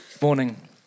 Morning